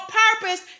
purpose